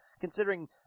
considering